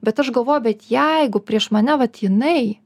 bet aš galvoju bet jeigu prieš mane vat jinai